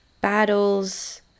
battles